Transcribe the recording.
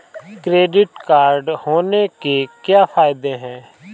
Credit card होने के क्या फायदे हैं?